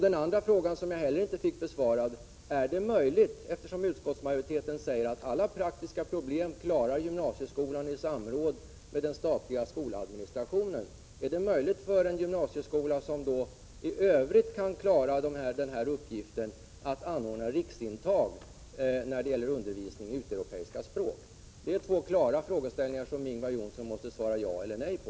Den andra frågan som jag ställde och som jag inte heller fick besvarad löd: Är det, med hänvisning till att utskottsmajoriteten säger att gymnasieskolan klarar alla praktiska problem i samråd med den statliga skoladministrationen, möjligt för en gymnasieskola som i övrigt kan klara den här uppgiften att anordna riksintag när det gäller undervisning i utomeuropeiska språk? Det här är två klara frågeställningar, som Ingvar Johnsson måste svara ja eller nej på.